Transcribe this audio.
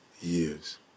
years